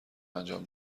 انجام